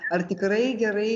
ar tikrai gerai